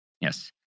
Yes